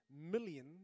million